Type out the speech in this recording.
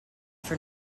for